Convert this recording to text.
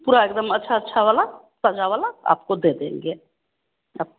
पूरा एक दम अच्छा अच्छा वाला अच्छा वाला आपको दे देंगे आप